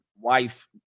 wife